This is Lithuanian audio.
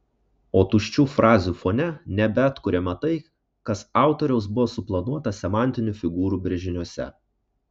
o tuščių frazių fone nebeatkuriama tai kas autoriaus buvo suplanuota semantinių figūrų brėžiniuose